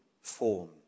form